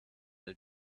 the